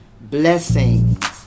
Blessings